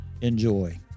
Enjoy